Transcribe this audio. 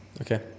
Okay